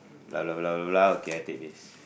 blah blah blah blah blah okay I take this